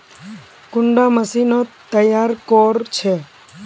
कुंडा मशीनोत तैयार कोर छै?